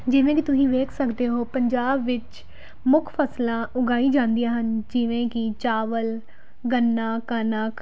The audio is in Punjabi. ਜਿਵੇਂ ਕਿ ਤੁਸੀਂ ਵੇਖ ਸਕਦੇ ਹੋ ਪੰਜਾਬ ਵਿੱਚ ਮੁੱਖ ਫਸਲਾਂ ਉਗਾਈ ਜਾਂਦੀਆਂ ਹਨ ਜਿਵੇਂ ਕਿ ਚਾਵਲ ਗੰਨਾ ਕਣਕ